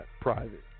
private